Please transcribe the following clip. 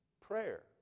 prayer